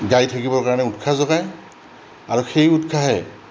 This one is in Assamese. গাই থাকিবৰ কাৰণে উৎসাহ যোগায় আৰু সেই উৎসাহে